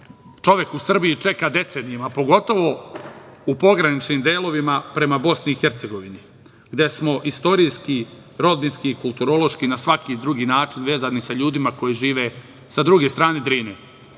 čovek u Srbiji čeka decenijama, pogotovo u pograničnim delovima prema BiH, gde smo istorijski, rodbinski, kulturološki i na svaki drugi način vezani sa ljudima koji žive sa druge strane Drine.